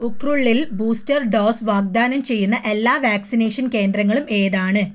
ഉഖ്രുളിൽ booster dose വാഗ്ദാനം ചെയ്യുന്ന എല്ലാ വാക്സിനേഷൻ കേന്ദ്രങ്ങളും ഏതാണ്